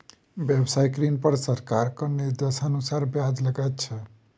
व्यवसायिक ऋण पर सरकारक निर्देशानुसार ब्याज लगैत छै